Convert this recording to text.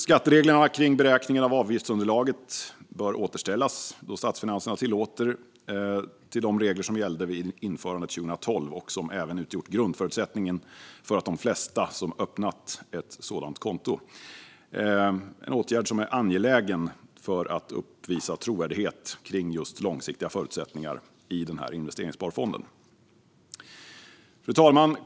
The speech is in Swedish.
Skattereglerna kring beräkningen av avgiftsunderlaget bör återställas, då statsfinanserna tillåter, till de regler som gällde vid införandet 2012 och som även utgjort grundförutsättningen för de flesta som öppnat ett sådant här konto - en åtgärd som är angelägen för att uppvisa trovärdighet kring långsiktiga förutsättningar i denna investeringsform. Fru talman!